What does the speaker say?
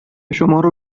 شمارو